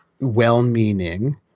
well-meaning